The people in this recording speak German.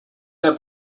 der